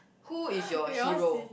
who is your hero